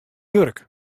wurk